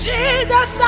Jesus